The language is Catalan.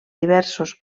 diversos